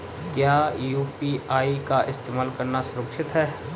क्या यू.पी.आई का इस्तेमाल करना सुरक्षित है?